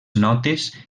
notes